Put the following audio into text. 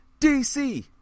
DC